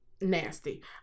nasty